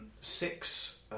six